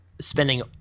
Spending